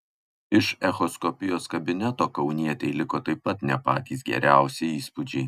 iš echoskopijos kabineto kaunietei liko taip pat ne patys geriausi įspūdžiai